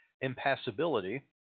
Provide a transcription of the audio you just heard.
Impassibility